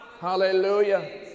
Hallelujah